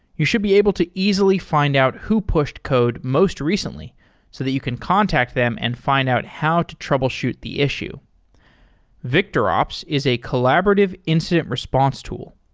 you should be able to easily find out who pushed code most recently so that you can contact them and find out how to troubleshoot the issue victorops is a collaborative incident response tool.